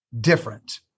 different